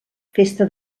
festa